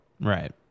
right